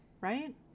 right